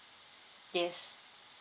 yes